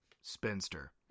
spinster